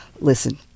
listen